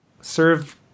Serve